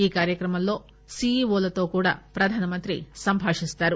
ఈ కార్యక్రమంలో సిఈవోలతో కూడా ప్రధానమంత్రి సంభాషిస్తారు